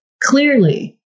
clearly